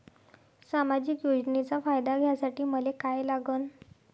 सामाजिक योजनेचा फायदा घ्यासाठी मले काय लागन?